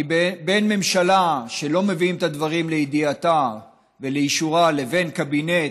כי בין ממשלה שלא מביאים את הדברים לידיעתה ולאישורה לבין קבינט,